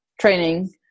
training